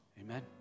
Amen